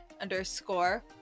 underscore